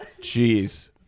Jeez